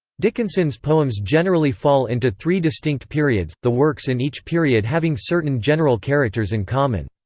dickinson's poems generally fall into three distinct periods, the works in each period having certain general characters in common.